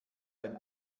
ein